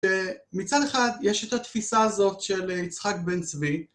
מצד אחד יש את התפיסה הזאת של יצחק בן צבי